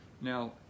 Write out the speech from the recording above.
now